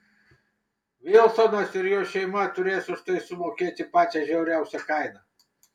vilsonas ir jo šeima turės už tai sumokėti pačią žiauriausią kainą